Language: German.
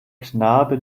knabe